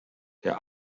der